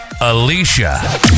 Alicia